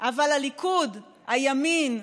אבל הליכוד, הימין,